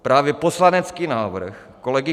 Právě poslanecký návrh kolegy